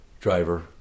Driver